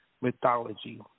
mythology